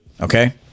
Okay